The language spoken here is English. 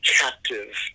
captive